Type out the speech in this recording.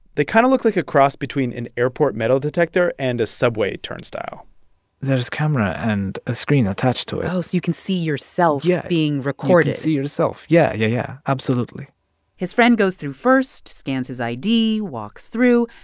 they kind of look like a cross between an airport metal detector and a subway turnstile there's camera and a screen attached to it oh, so you can see yourself. yeah. being recorded you yourself, yeah. yeah, yeah. absolutely his friend goes through first, scans his id, walks through.